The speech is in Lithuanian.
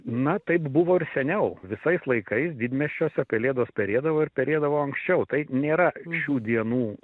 na taip buvo ir seniau visais laikais didmiesčiuose pelėdos pereidavo ir perėdavo anksčiau tai nėra šių dienų